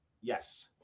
Yes